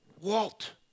Walt